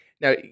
Now